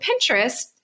Pinterest